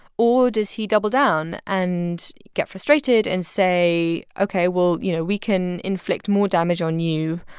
or does he double down and get frustrated and say, ok, well, you know, we can inflict more damage on you,